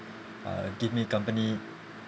uh give me company